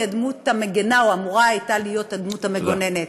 הדמות המגִנה או שהייתה אמורה להיות הדמות המגוננת.